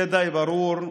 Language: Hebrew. זה די ברור,